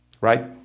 Right